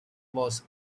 was